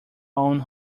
own